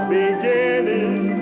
beginning